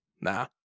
nah